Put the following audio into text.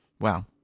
Wow